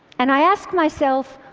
and i ask myself,